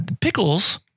pickles